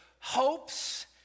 hopes